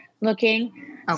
looking